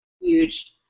huge